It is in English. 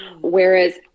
Whereas